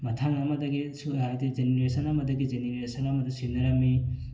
ꯃꯊꯪ ꯑꯃꯗꯒꯤ ꯍꯥꯏꯗꯤ ꯖꯦꯅꯦꯔꯦꯁꯟ ꯑꯃꯗꯒꯤ ꯖꯦꯅꯦꯔꯦꯁꯟ ꯑꯃꯗ ꯁꯤꯟꯅꯔꯝꯏ